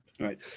Right